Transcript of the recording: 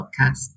podcast